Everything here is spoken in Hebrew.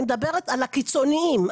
אני מדברת על הקיצוניים,